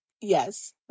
Yes